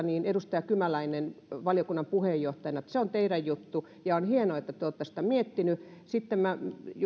edustaja kymäläinen valiokunnan puheenjohtajana että se on teidän juttunne ja on hienoa että te olette sitä miettineet sitten